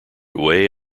way